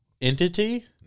entity